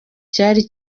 cyari